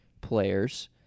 players